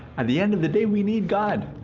at the end of the day, we need god.